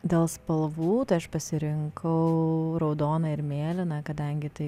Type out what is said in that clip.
dėl spalvų tai aš pasirinkau raudoną ir mėlyną kadangi tai